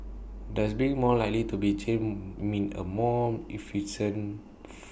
does being more likely to be jailed mean A more efficient